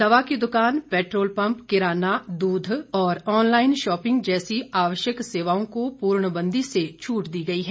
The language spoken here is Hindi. दवा की दुकान पेट्रोल पम्प किराना दूध और ऑनलाइन शॉपिंग जैसी आवश्यक सेवाओं को पूर्णबंदी से छूट दी गई है